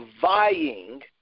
vying